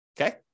okay